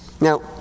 Now